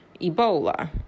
Ebola